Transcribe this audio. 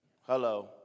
hello